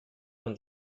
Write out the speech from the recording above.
con